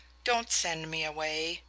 don't send me away,